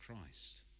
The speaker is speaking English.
Christ